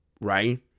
Right